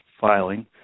filing